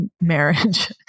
marriage